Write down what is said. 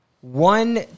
one